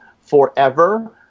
forever